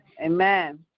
Amen